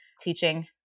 teaching